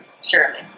surely